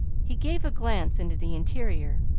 he gave a glance into the interior.